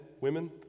women